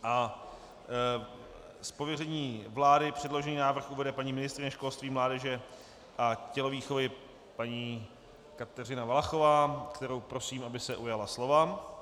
Z pověření vlády předložený návrh uvede paní ministryně školství, mládeže a tělovýchovy paní Kateřina Valachová, kterou prosím, aby se ujala slova.